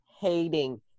hating